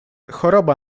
choroba